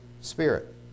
Spirit